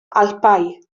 alpau